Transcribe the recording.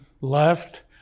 left